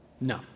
no